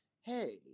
Hey